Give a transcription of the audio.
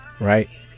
Right